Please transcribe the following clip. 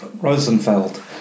Rosenfeld